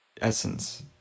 Essence